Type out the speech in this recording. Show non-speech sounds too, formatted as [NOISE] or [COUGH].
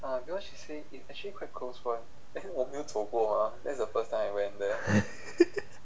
[LAUGHS]